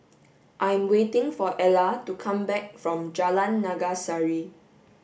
I am waiting for Ellar to come back from Jalan Naga Sari